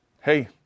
hey